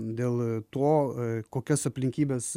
dėl to kokias aplinkybes